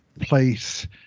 place